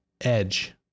edge